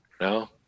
No